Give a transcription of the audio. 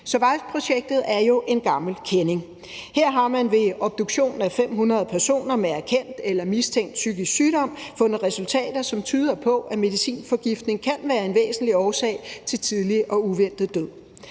SURVIVE-projektet er jo en gammel kending. Her har man ved obduktion af 500 personer med erkendt eller mistænkt psykisk sygdom fundet resultater, som tyder på, at medicinforgiftning kan være en væsentlig årsag til tidlig og uventet død.